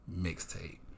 mixtape